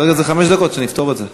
כרגע זה חמש דקות, עד שנפתור את זה.